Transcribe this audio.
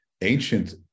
ancient